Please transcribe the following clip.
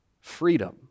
freedom